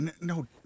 no